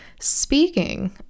Speaking